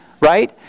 right